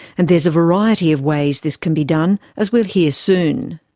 and there's a variety of ways this can be done, as we'll hear soon.